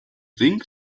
thing